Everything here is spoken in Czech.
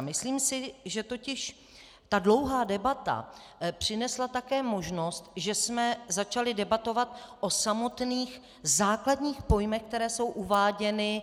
Myslím si, že totiž ta dlouhá debata přinesla také možnost, že jsme začali debatovat o samotných základních pojmech, které jsou uváděny